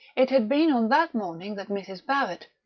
it had been on that morning that mrs. barrett,